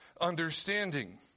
understanding